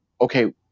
okay